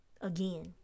Again